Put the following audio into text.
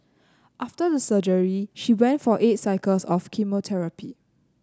after the surgery she went for eight cycles of chemotherapy